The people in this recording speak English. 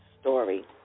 story